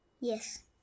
Yes